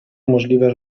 możliwe